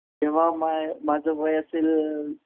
तेव्हा माय माझं वय असेल